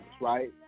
Right